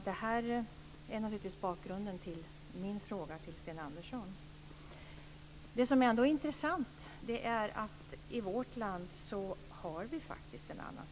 Det är naturligtvis bakgrunden till min fråga till Det som ändå är intressant är att vi har en annan situation i vårt land.